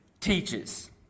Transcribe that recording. teaches